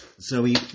Zoe